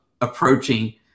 approaching